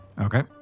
Okay